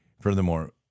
Furthermore